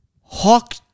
Hawk